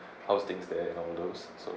how's things that and all those so